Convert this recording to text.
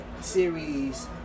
series